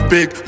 Big